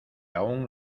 aún